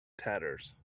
tatters